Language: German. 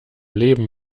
leben